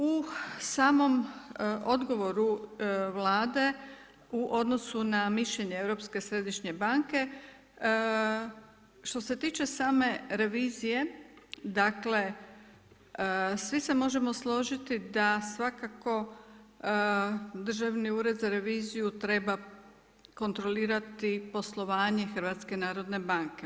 U samom odgovoru Vlade u odnosu na mišljenje Europske središnje banke što se tiče same revizije, dakle svi se možemo složiti da svakako Državni ured za reviziju treba kontrolirati poslovanje HNB-a.